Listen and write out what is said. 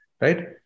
right